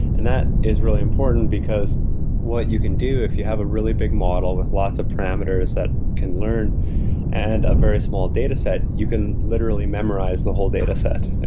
and that is really important because what you can do if you have a really big model when lots of parameters that can learn and a very small dataset, you can literally memorize the whole dataset.